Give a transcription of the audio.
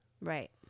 right